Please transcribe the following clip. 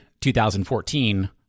2014